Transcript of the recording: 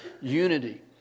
unity